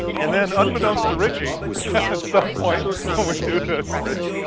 and then, unbeknownst to richie, at some point, when we do this rich,